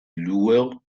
loueur